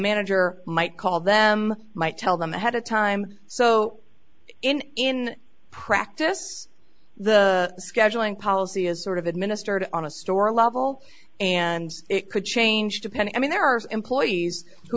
manager might call them might tell them ahead of time so in in practice the scheduling policy is sort of administered on a store level and it could change depending i mean there are employees who